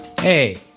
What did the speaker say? Hey